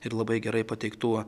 ir labai gerai pateiktų